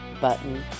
button